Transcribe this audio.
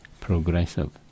progressive